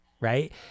right